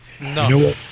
No